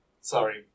sorry